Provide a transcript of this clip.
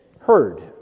heard